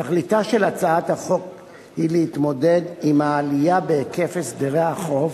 תכליתה של הצעת החוק היא להתמודד עם העלייה בהיקף הסדרי החוב